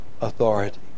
authority